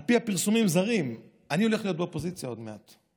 על פי פרסומים זרים אני הולך להיות באופוזיציה עוד מעט.